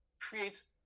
creates